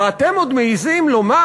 ואתם עוד מעזים לומר,